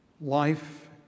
Life